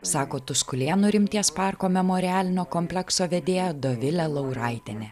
sako tuskulėnų rimties parko memorialinio komplekso vedėja dovilė lauraitienė